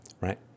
right